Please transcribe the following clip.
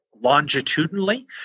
longitudinally